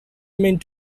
meant